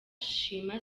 shima